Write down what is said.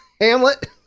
Hamlet